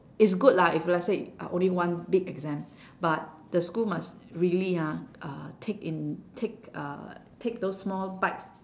is good lah if let's say uh only one big exam but the school must really ah uh take in take uh take those small bite